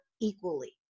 equally